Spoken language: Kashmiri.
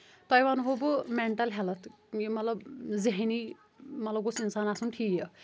توہہِ وَنہو بہٕ مٮ۪نٹَل ہیلٕتھ یہِ مطلَب ذٮ۪ہنی مطلَب گوژھ اِنسان آسُن ٹھیٖک